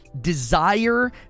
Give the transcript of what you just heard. desire